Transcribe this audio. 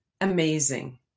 amazing